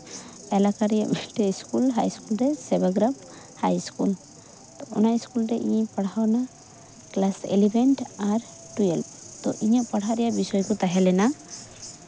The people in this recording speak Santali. ᱮᱞᱟᱠᱟ ᱨᱮᱭᱟᱜ ᱦᱟᱭ ᱤᱥᱠᱩᱞ ᱨᱮ ᱥᱮᱵᱟᱜᱨᱟᱢ ᱦᱟᱭ ᱤᱥᱠᱩᱞ ᱚᱱᱟ ᱤᱥᱠᱩᱞ ᱨᱮ ᱤᱧᱤᱧ ᱯᱟᱲᱦᱟᱣᱱᱟ ᱠᱞᱟᱥ ᱮᱞᱤᱵᱷᱮᱱ ᱟᱨ ᱴᱩᱭᱮᱞᱵᱷ ᱛᱳ ᱤᱧᱟᱹᱜ ᱯᱟᱲᱦᱟᱜ ᱨᱮᱭᱟᱜ ᱵᱤᱥᱭ ᱠᱚ ᱛᱟᱦᱮᱸ ᱞᱮᱱᱟ